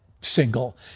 single